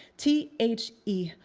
t h e,